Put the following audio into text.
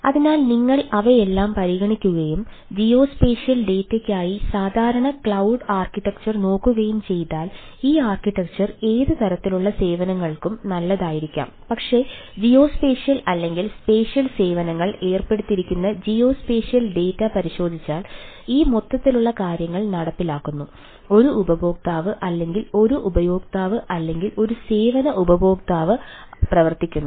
അതിനാൽ നിങ്ങൾ അവയെല്ലാം പരിഗണിക്കുകയും ജിയോസ്പേഷ്യൽ പരിശോധിച്ചാൽ ഈ മൊത്തത്തിലുള്ള കാര്യങ്ങൾ നടപ്പിലാക്കുന്നു ഒരു ഉപഭോക്താവ് അല്ലെങ്കിൽ ഒരു ഉപയോക്താവ് അല്ലെങ്കിൽ ഒരു സേവന ഉപഭോക്താവ് പ്രവർത്തിക്കുന്നു